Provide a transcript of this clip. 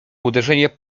uderzenie